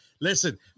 Listen